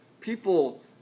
people